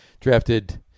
drafted